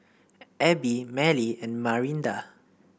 Abie Mallie and Marinda